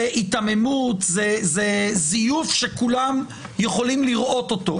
זאת היתממות, זה זיוף שכולם יכולים לראות אותו.